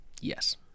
Yes